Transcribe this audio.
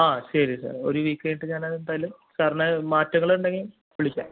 ആ ശരി സാറെ ഒരു വീക്ക് ആയിട്ട് ഞാനത് എന്തായാലും സാർന് മാറ്റങ്ങൾ ഉണ്ടെങ്കിൽ വിളിക്കാം